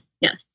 Yes